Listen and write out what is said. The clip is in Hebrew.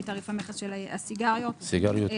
תעריף המכס של הסיגריות האלקטרוניות.